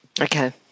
Okay